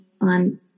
on